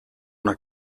una